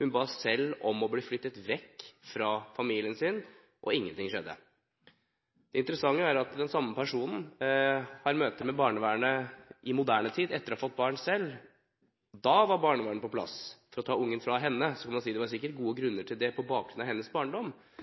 hun ba selv om å bli flyttet vekk fra familien sin, men ingenting skjedde. Det interessante er at den samme personen har møtt barnevernet i moderne tid, etter å ha fått barn selv. Da var barnevernet på plass for å ta ungen fra henne. Så kan man si at det sikkert var gode grunner til det på bakgrunn av hennes barndom.